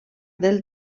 del